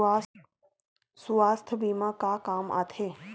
सुवास्थ बीमा का काम आ थे?